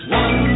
one